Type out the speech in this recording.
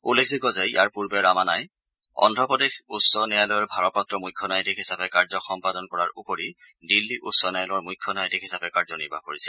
উল্লেখযোগ্য যে ইয়াৰ পূৰ্বে শ্ৰীৰামানাই অন্ধ্ৰ প্ৰদেশ উচ্চ ন্যায়ালয়ৰ ভাৰপ্ৰাপ্ত মুখ্য ন্যায়াধীশ হিচাপে কাৰ্য সম্পাদন কৰাৰ উপৰি দিল্লী উচ্চ ন্যায়ালয়ৰ মুখ্য ন্যায়াধীশ হিচাপে কাৰ্যনিৰ্বাহ কৰিছিল